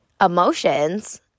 Emotions